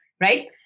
right